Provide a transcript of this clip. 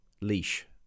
Leash